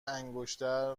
انگشتر